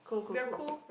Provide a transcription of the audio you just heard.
we are cool